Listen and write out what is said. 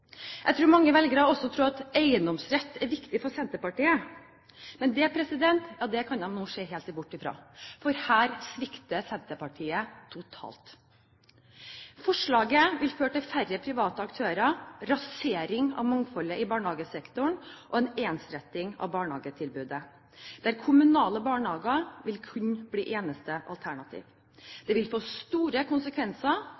Jeg tror mange velgere også tror at eiendomsrett er viktig for Senterpartiet. Det kan de nå se helt bort fra, for her svikter Senterpartiet totalt. Forslaget vil føre til færre private aktører, rasering av mangfoldet i barnehagesektoren og en ensretting av barnehagetilbudet, der kommunale barnehager vil kunne bli eneste